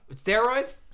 Steroids